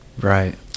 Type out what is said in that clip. right